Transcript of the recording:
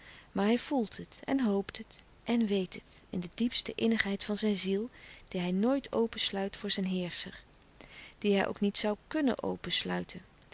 maar hij voelt het en hoopt het en weet het in de diepste innigheid van zijn ziel die hij nooit opensluit voor zijn heerscher die hij ook niet zoû kunnen